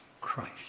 Christ